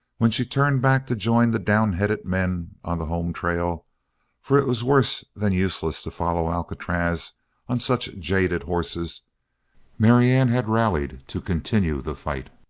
when she turned back to join the downheaded men on the home-trail for it was worse than useless to follow alcatraz on such jaded horses marianne had rallied to continue the fight.